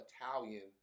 Italian